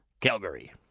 Calgary